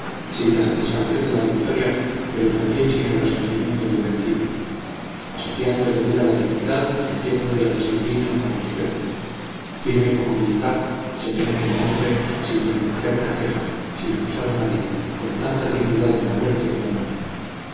sin la satisfacción de la victoria pero también sin el resentimiento del vencido asociando el deber a la dignidad y haciendo de la disciplina una religión firme como militar sereno como hombre sin pronunciar una queja ni acusar a nadie con tanta dignidad en la muerte como en la vida